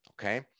okay